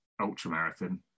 ultramarathon